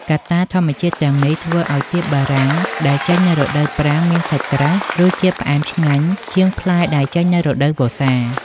កត្តាធម្មជាតិទាំងនេះធ្វើឱ្យផ្លែទៀបបារាំងដែលចេញនៅរដូវប្រាំងមានសាច់ក្រាស់ រសជាតិផ្អែមឆ្ងាញ់ជាងផ្លែដែលចេញនៅរដូវវស្សា។